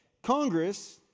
Congress